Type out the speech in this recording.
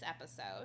episode